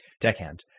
deckhand